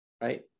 Right